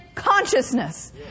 consciousness